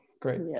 Great